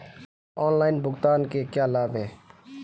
Online भुगतान के क्या लाभ हैं?